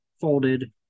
folded